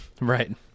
Right